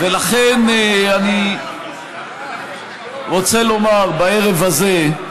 לכן אני רוצה לומר בערב הזה,